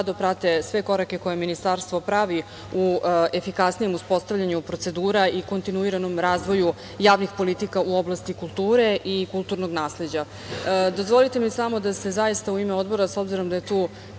prate sve korake koje Ministarstvo pravi u efikasnijem uspostavljanju procedura i kontinuiranom razvoju javnih politika u oblasti kulture i kulturnog nasleđa. Dozvolite mi samo da se zaista u ime Odbora, s obzirom da je tu